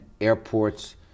airports